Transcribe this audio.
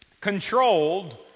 controlled